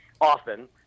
often